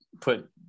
put